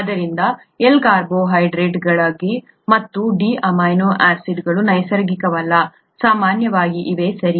ಆದ್ದರಿಂದ ಎಲ್ ಕಾರ್ಬೋಹೈಡ್ರೇಟ್ಗಳು ಮತ್ತು ಡಿ ಅಮಿನೋ ಆಸಿಡ್ಗಳು ನೈಸರ್ಗಿಕವಲ್ಲ ಸಾಮಾನ್ಯವಾಗಿ ಇವೆ ಸರಿ